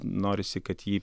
norisi kad jį